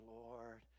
lord